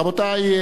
רבותי,